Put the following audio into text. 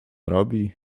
robi